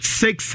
six